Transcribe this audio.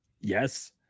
Yes